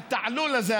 התעלול הזה,